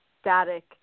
static